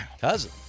Cousin